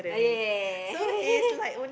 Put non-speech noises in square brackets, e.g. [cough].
ah yeah yeah yeah yeah yeah yeah yeah yeah [laughs]